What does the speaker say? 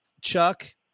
Chuck